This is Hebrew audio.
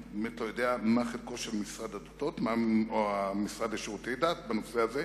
אני באמת לא יודע מה חלקו של משרד הדתות בנושא הזה,